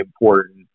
important